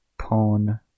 Pawn